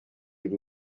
iri